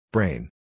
Brain